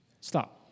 Stop